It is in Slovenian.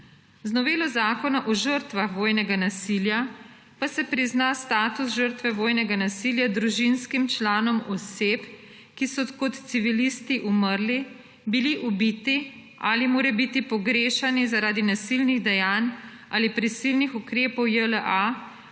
Z novelo zakona o žrtvah vojnega nasilja, pa se prizna status žrtve vojnega nasilja družinskim članom oseb, ki so kot civilisti umrli, bili ubiti ali morebiti pogrešani zaradi nasilnih dejanj ali prisilnih ukrepov JLA